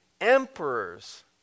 emperors